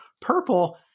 purple